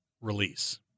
release